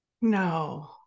No